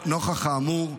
נוכח האמור,